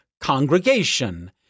congregation